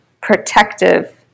protective